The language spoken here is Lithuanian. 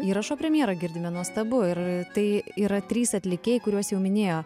įrašo premjerą girdime nuostabu ir tai yra trys atlikėjai kuriuos jau minėjo